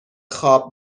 خواب